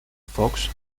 fox